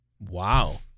Wow